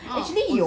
actually 有